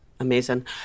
Amazing